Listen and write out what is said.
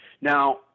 now